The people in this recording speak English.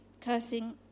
Cursing